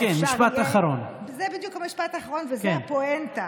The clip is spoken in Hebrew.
ההתעסקות הפוליטית